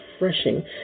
refreshing